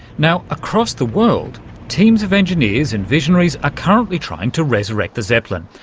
now, across the world, teams of engineers and visionaries are currently trying to resurrect the zeppelin.